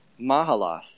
Mahalath